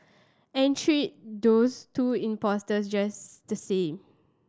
and treat those two impostors just the same